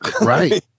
right